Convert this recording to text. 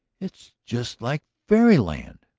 it's just like fairy-land!